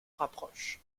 rapproche